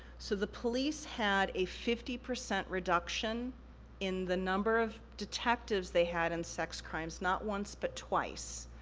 so, the police had a fifty percent reduction in the number of detectives they had in sex crimes, not once but twice.